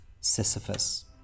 Sisyphus